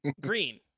green